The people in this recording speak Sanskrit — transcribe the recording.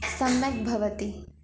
सम्यग् भवति